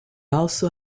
also